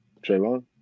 Trayvon